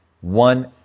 One